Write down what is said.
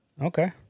Okay